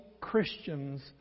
Christians